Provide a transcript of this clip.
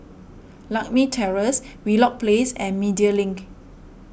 Lakme Terrace Wheelock Place and Media Link